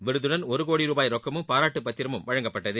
விருதுடன் ஒரு கோடி ரூபாய் ரொக்கமும் பாராட்டு பத்திரமும் வழங்கப்பட்டது